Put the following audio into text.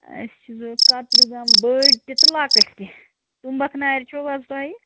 اَسہِ چھِ بیٚیہِ کَتریو گَملہٕ بٔڈۍ تہِ تہٕ لۄکٔٹ تہِ تُمبَکھ نارِ چھِوٕ حظ تۄہہِ